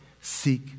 seek